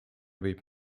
võib